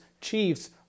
chiefs